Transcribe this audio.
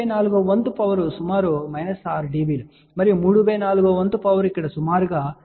¼ వ వంతు పవర్ సుమారు 6 dB మరియు ¾వ వంతు పవర్ ఇక్కడ సుమారుగా ఇంత ఉంటుంది